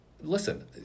Listen